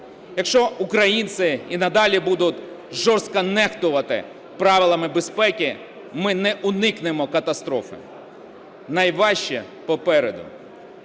Якщо українці і надалі будуть жорстко нехтувати правилами безпеки, ми не уникнемо катастрофи. Найважче попереду.